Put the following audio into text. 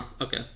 Okay